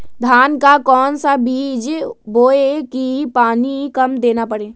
धान का कौन सा बीज बोय की पानी कम देना परे?